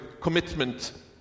commitment